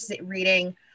reading